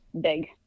big